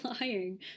lying